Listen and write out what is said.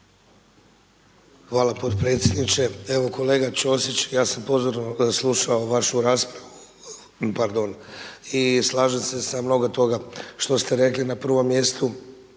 Hvala potpredsjedniče. Evo kolega Ćosić, ja sam pozorno slušao vašu raspravu i slažem se sa mnogo toga što ste rekli. Na prvom mjestu